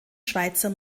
schweizer